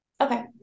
Okay